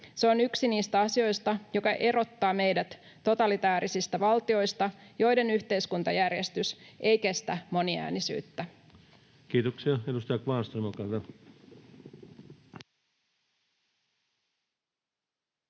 Se on yksi niistä asioista, joka erottaa meidät totalitaarisista valtioista, joiden yhteiskuntajärjestys ei kestä moniäänisyyttä. Kiitoksia. — Edustaja Kvarnström, olkaa hyvä.